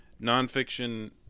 Nonfiction